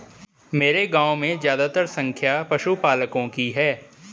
मेरे गांव में ज्यादातर संख्या पशुपालकों की है